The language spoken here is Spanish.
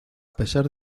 pesar